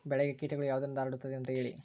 ಬೆಳೆಗೆ ಕೇಟಗಳು ಯಾವುದರಿಂದ ಹರಡುತ್ತದೆ ಅಂತಾ ಹೇಳಿ?